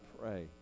pray